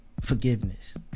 Forgiveness